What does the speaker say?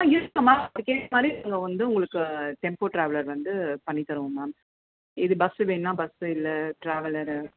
ஆ இருக்குது மேம் உங்களுக்கு ஏற்றமாரி நாங்கள் வந்து உங்களுக்கு டெம்போ ட்ராவலர் வந்து பண்ணித் தருவோம் மேம் இது பஸ் வேணும்னா பஸ்ஸு இல்லை ட்ராவலரு